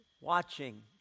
watching